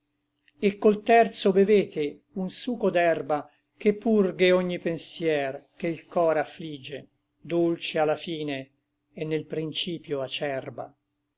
e col terzo bevete un suco d'erba che purghe ogni pensier che l cor afflige dolce a la fine et nel principio acerba